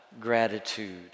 gratitude